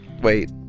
Wait